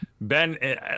Ben